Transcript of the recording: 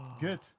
Good